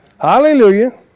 Hallelujah